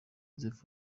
joseph